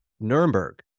Nuremberg